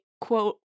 quote